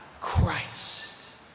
Christ